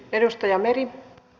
arvoisa puhemies